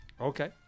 Okay